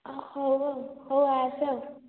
ହଁ ହଉ ଆଉ ହଉ ଆସେ ଆଉ